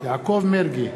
יעקב מרגי,